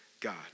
God